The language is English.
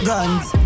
Guns